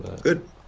Good